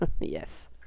Yes